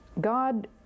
God